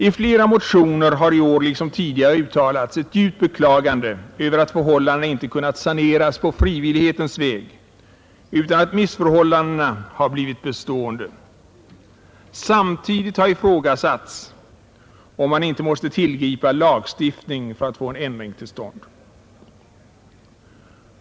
I flera motioner har i år liksom tidigare uttalats ett djupt beklagande över att förhållandena inte kunnat saneras på frivillighetens väg utan att missförhållandena har blivit bestående. Samtidigt har ifrågasatts om man inte måste tillgripa lagstiftning för att få en ändring till stånd.